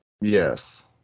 Yes